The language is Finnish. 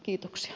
kiitoksia